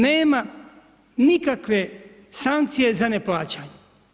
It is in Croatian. Nema nikakve sankcije za ne plaćanje.